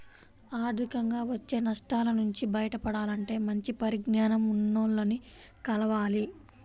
ఆర్థికంగా వచ్చే నష్టాల నుంచి బయటపడాలంటే మంచి పరిజ్ఞానం ఉన్నోల్లని కలవాలి